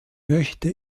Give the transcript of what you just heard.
möchte